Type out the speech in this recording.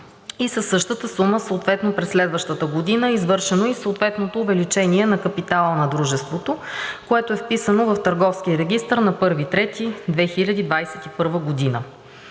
и със същата сума през следващата година е извършено и съответното увеличение на капитала на дружеството, което е вписано в Търговския регистър на 1 март 2021 г.